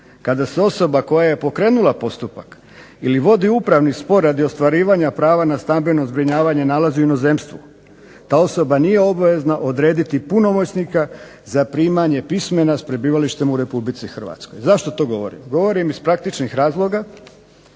kada se osoba koja je pokrenula postupak ili vodi upravni spor radi ostvarivanja prava na stambeno zbrinjavanje nalazi u inozemstvu, ta osoba nije obavezna odrediti punomoćnika za primanje pismena s prebivalištem u Republici Hrvatskoj. Zašto to govorim? Govorim iz praktičnih razloga